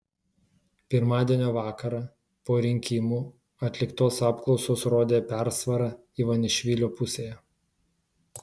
pirmadienio vakarą po rinkimų atliktos apklausos rodė persvarą ivanišvilio pusėje